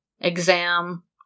exam